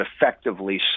effectively